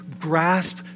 grasp